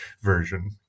version